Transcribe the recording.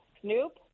Snoop